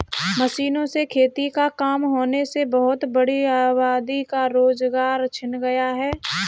मशीनों से खेती का काम होने से बहुत बड़ी आबादी का रोजगार छिन गया है